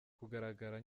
kugaragara